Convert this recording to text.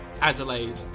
Adelaide